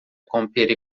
compiere